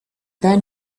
then